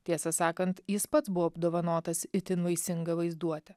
tiesą sakant jis pats buvo apdovanotas itin vaisinga vaizduote